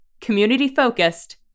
community-focused